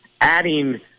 adding